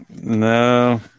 No